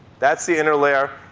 that's the inner layer.